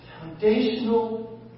foundational